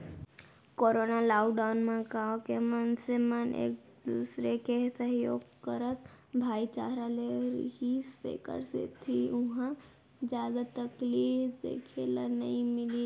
corona lockdown म गाँव के मनसे मन एक दूसर के सहयोग करत भाईचारा ले रिहिस तेखर सेती उहाँ जादा तकलीफ देखे ल नइ मिलिस